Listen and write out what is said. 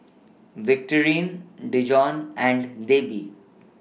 Victorine Dijon and Debi